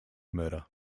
murder